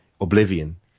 oblivion